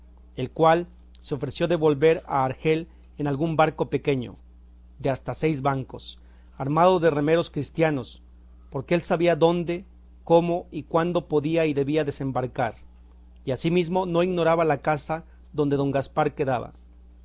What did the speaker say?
el cual se ofreció de volver a argel en algún barco pequeño de hasta seis bancos armado de remeros cristianos porque él sabía dónde cómo y cuándo podía y debía desembarcar y asimismo no ignoraba la casa donde don gaspar quedaba